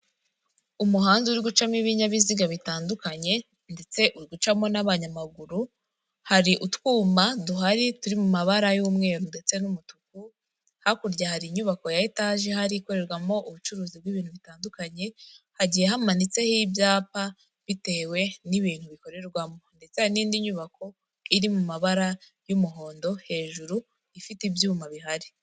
Umuhanda uri gucamo ibinyabiziga bitandukanye ndetse uri gucamo n'abanyamaguru hari utwuma duhari turi mu mabara y'umweru ndetse n'umutuku hakurya hari inyubako ya etaje hari ikorerwamo ubucuruzi bw'ibintu bitandukanye hagiye hamanitseho ibyapa bitewe n'ibintu bikorerwamo ndetse n'indi nyubako iri mu mabara y'umuhondo hejuru ifite ibyuma bihari.